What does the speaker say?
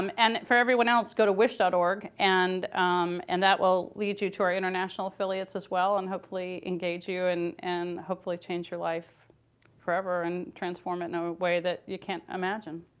um and for everyone else, go to wish org, and and that will lead you to our international affiliates as well, and hopefully engage you and and hopefully change your life forever, and transform it in a way that you can't imagine.